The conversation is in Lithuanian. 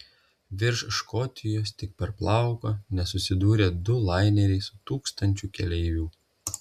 virš škotijos tik per plauką nesusidūrė du laineriai su tūkstančiu keleivių